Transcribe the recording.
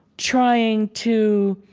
trying to